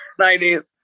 90s